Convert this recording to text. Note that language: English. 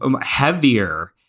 heavier